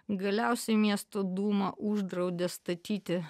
galiausiai miesto dūma uždraudė statyti